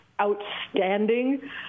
outstanding